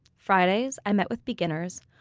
fridays, i met with beginners.